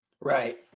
Right